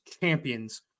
champions